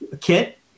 kit